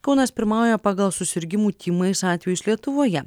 kaunas pirmauja pagal susirgimų tymais atvejus lietuvoje